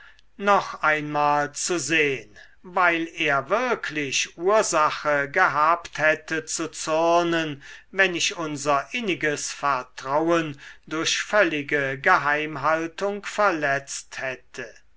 noch einmal zu sehn weil er wirklich ursache gehabt hätte zu zürnen wenn ich unser inniges vertrauen durch völlige geheimhaltung verletzt hätte